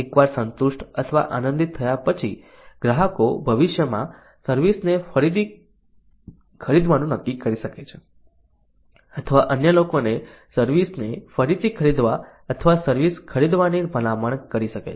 એકવાર સંતુષ્ટ અથવા આનંદિત થયા પછી ગ્રાહકો ભવિષ્યમાં સર્વિસ ને ફરીથી ખરીદવાનું નક્કી કરી શકે છે અથવા અન્ય લોકોને સર્વિસ ને ફરીથી ખરીદવા અથવા સર્વિસ ખરીદવાની ભલામણ કરી શકે છે